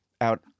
out